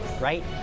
right